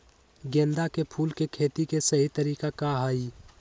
गेंदा के फूल के खेती के सही तरीका का हाई?